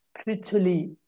spiritually